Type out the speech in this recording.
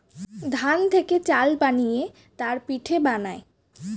ধান থেকে চাল বানিয়ে তার পিঠে বানায়